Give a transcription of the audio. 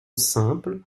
simple